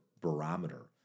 barometer